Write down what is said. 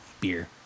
beer